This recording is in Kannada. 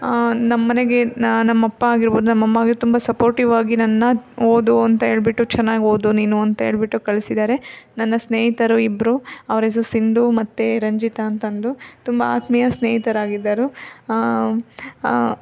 ನಮ್ಮ ಮನೆಗೆ ನಮ್ಮ ಅಪ್ಪ ಆಗಿರ್ಬೋದು ನಮ್ಮ ಅಮ್ಮ ಆಗಿರ್ ತುಂಬ ಸಪೋರ್ಟಿವಾಗಿ ನನ್ನ ಓದು ಅಂತ ಹೇಳ್ಬಿಟ್ಟು ಚೆನ್ನಾಗಿ ಓದು ನೀನು ಅಂತ ಹೇಳ್ಬಿಟ್ಟು ಕಳ್ಸಿದ್ದಾರೆ ನನ್ನ ಸ್ನೇಹಿತರು ಇಬ್ಬರೂ ಅವ್ರ ಹೆಸ್ರು ಸಿಂಧು ಮತ್ತು ರಂಜಿತ ಅಂತ ಅಂದು ತುಂಬ ಆತ್ಮೀಯ ಸ್ನೇಹಿತರಾಗಿದ್ದರು